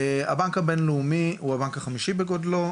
הבנק הבינלאומי הוא הבנק החמישי בגודלו,